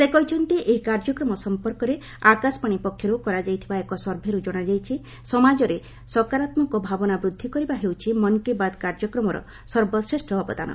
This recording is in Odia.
ସେ କହିଛନ୍ତି ଏହି କାର୍ଯ୍ୟକ୍ରମ ସମ୍ପର୍କରେ ଆକାଶବାଣୀ ପକ୍ଷର୍ କରାଯାଇଥିବା ଏକ ସର୍ଭେରୁ ଜଣାଯାଇଛି ସମାଜରେ ସକାରାତ୍ମକ ଭାବନା ବୃଦ୍ଧି କରିବା ହେଉଛି ମନ୍ କୀ ବାତ୍ କାର୍ଯ୍ୟକ୍ରମର ସର୍ବଶ୍ରେଷ୍ଠ ଅବଦାନ